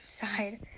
side